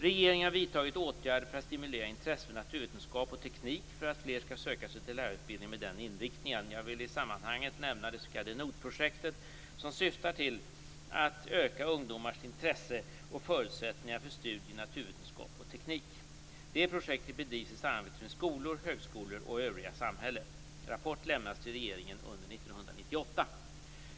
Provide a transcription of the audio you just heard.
Regeringen har vidtagit åtgärder för att stimulera intresset för naturvetenskap och teknik för att därmed även fler skall söka sig till lärarutbildningar med denna inriktning. Jag vill i detta sammanhang nämna det s.k. NOT-projektet, som syftar till att öka ungdomaras intresse och förutsättningar för studier i naturvetenskap och teknik. Detta projekt bedrivs i samarbete med skolor, högskolor och det övriga samhället. Slutrapport skall lämnas till regeringen under 1998.